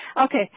Okay